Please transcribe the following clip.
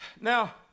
Now